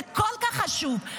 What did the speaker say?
זה כל כך חשוב,